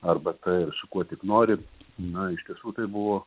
arbata ir su kuo tik nori na iš tiesų tai buvo